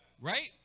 Right